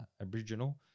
Aboriginal